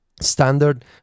standard